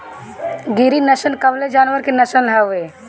गिरी नश्ल कवने जानवर के नस्ल हयुवे?